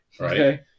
Okay